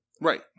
Right